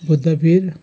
Buddhabir